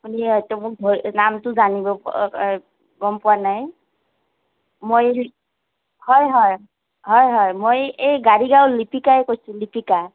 আপুনি এতিয়া মোক ধ নামটো জানিব গম পোৱা নাই মই হয় হয় হয় হয় মই এই গাৰী গাঁৱৰ লিপিকাই কৈছোঁ লিপিকা